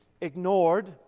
ignored